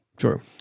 Sure